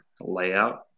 layout